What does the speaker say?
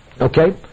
Okay